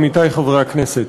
עמיתי חברי הכנסת,